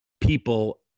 people